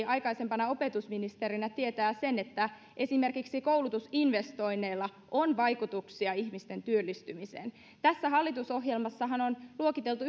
aikaisempana opetusministerinä tietää sen että esimerkiksi koulutusinvestoinneilla on vaikutuksia ihmisten työllistymiseen tässä hallitusohjelmassahan on luokiteltu